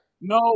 No